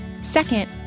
Second